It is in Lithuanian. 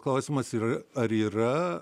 klausimas yra ar yra